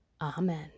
Amen